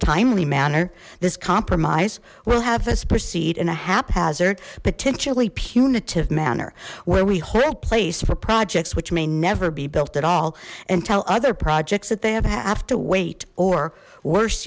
timely manner this compromise will have us proceed in a haphazard potentially punitive manner where we hold place for projects which may never be built at all and tell other projects that they have to wait or worse